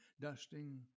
dusting